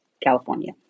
California